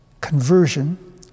Conversion